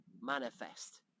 manifest